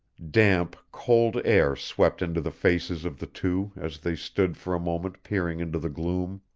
damp, cold air swept into the faces of the two as they stood for a moment peering into the gloom.